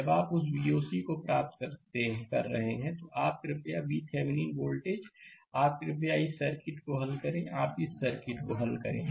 जब आप उस Voc को प्राप्त कर रहे हैं तो आप कृपया VThevenin वोल्टेज आप कृपया इस सर्किट को हल करें आप इस सर्किट को हल करें